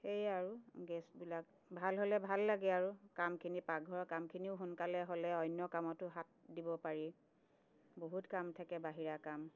সেয়ে আৰু গেছবিলাক ভাল হ'লে ভাল লাগে আৰু কামখিনি পাকঘৰৰ কামখিনিও সোনকালে হ'লে অন্য কামতো হাত দিব পাৰি বহুত কাম থাকে বাহিৰা কাম